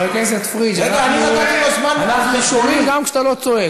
חבר הכנסת עיסאווי פריג' של ועדת הכנסת.